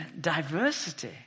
diversity